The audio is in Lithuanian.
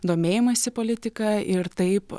domėjimąsi politika ir taip